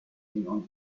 ever